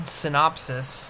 synopsis